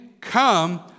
come